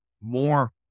more